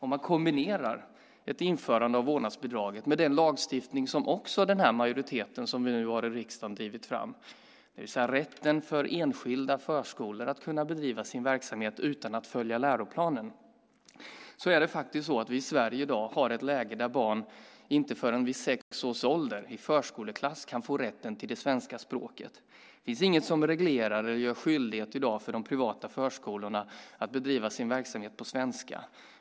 Om man kombinerar ett införande av vårdnadsbidraget med den lagstiftning som också den majoritet vi nu har i riksdagen har drivit fram, det vill säga rätten för enskilda förskolor att bedriva sin verksamhet utan att följa läroplanen, har vi i Sverige i dag ett läge där barn inte förrän vid sex års ålder, i förskoleklass, kan få rätten till det svenska språket. Det finns inget som reglerar eller utgör en skyldighet för de privata förskolorna att bedriva sin verksamhet på svenska.